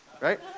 Right